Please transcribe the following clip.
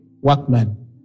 workman